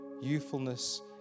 youthfulness